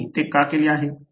त्यांनी ते का केले आहे